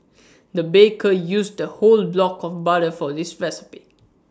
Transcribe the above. the baker used the whole block of butter for this recipe